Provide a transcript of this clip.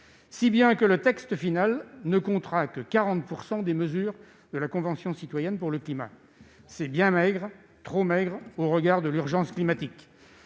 découle que le texte final ne comptera que 40 % des mesures recommandées par la Convention citoyenne pour le climat. C'est bien maigre, trop maigre au regard de l'urgence climatique.